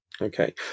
Okay